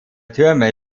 türme